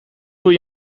doe